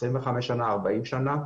25 שנה ו-40 שנה,